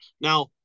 Now